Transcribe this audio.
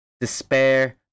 Despair